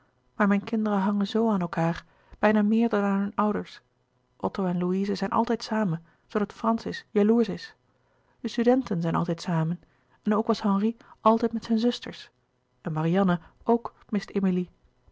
maar mijn kinderen hangen zoo aan elkaâr bijna meer dan aan hun ouders otto en louise zijn altijd samen zoodat francis jaloersch is de studenten zijn altijd samen en ook was henri altijd met zijn zusters en louis couperus de boeken der kleine zielen marianne ook mist emilie